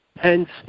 Hence